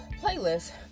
playlist